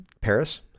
Paris